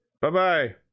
Bye-bye